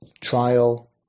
Trial